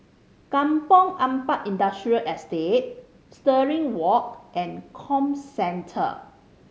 Kampong Ampat Industrial Estate Stirling Walk and Comcentre